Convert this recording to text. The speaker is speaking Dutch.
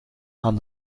aan